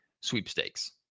sweepstakes